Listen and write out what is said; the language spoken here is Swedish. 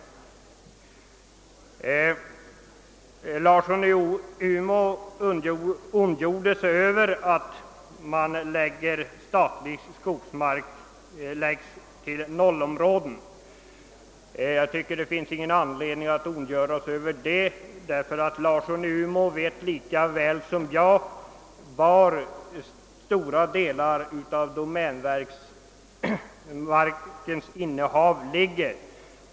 Herr Larsson i Umeå ondgjorde sig sedan över att statlig skogsmark lägges till 0-områden. Jag tycker inte det finns någon anledning att ondgöra sig över det. Herr Larsson vet lika väl som jag var stora delar av domänverkets skogsmark nu ligger.